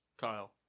Kyle